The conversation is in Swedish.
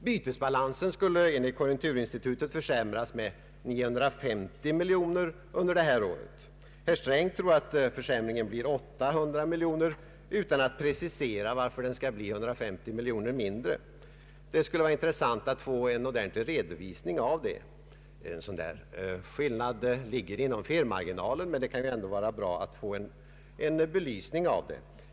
Bytesbalansen skall enligt konjunkturinstitutet försämras med 950 miljoner under detta år. Herr Sträng tror att försämringen blir 800 miljoner utan att precisera varför den skall bli 150 miljoner mindre. Det skulle vara intressant att få en ordentlig redovisning för detta. En sådan skillnad ligger inom felmarginalen, men det kan ju ändå vara bra att få en belysning av den.